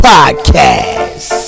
Podcast